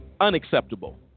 unacceptable